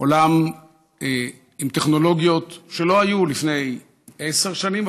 עולם עם טכנולוגיות שלא היו לפני עשר שנים,